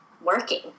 working